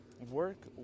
Work